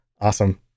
awesome